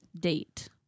date